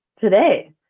today